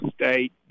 State